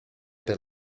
per